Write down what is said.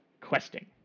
questing